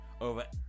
Over